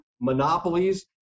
monopolies